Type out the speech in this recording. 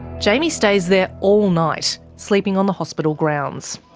jaimie stays there all night, sleeping on the hospital grounds.